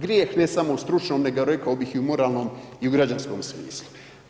Grijeh ne samo u stručnom, nego, rekao bih i u moralnom i u građanskom smislu.